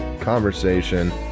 conversation